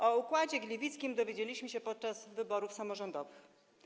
O układzie gliwickim dowiedzieliśmy się podczas wyborów samorządowych.